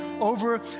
over